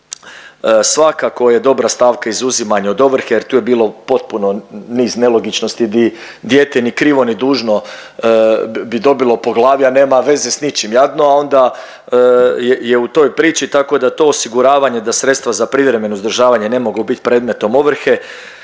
Svakako je dobra stavka izuzimanje od ovrhe jer tu je bilo potpuno niz nelogičnosti gdje dijete ni krivo ni dužno bi, bi dobilo po glavi, a nema veze s ničim jadno, a onda je, je u toj priči tako da to osiguravanje da sredstva za privremeno uzdržavanje ne mogu biti predmetom ovrhe,